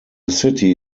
city